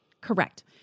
Correct